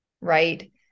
right